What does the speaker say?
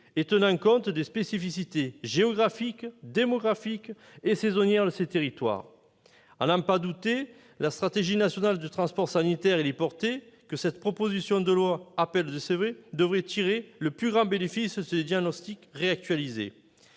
et tenant compte des spécificités géographiques, démographiques et saisonnières de ces territoires. » À n'en pas douter, la stratégie nationale de transport sanitaire héliporté que les auteurs de la présente proposition de loi appellent de leurs voeux devrait tirer le plus grand bénéfice de ces diagnostics réactualisés.